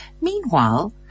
Meanwhile